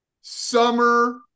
summer